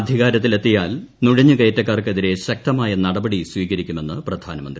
അധികാരത്തിലെത്തിയാൽ നുഴഞ്ഞ് കയറ്റക്കാർക്കെതിരെ ശക്തമായ നടപടി സ്വീകരിക്കുമെന്ന് പ്രധാനമ്യന്തി